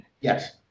Yes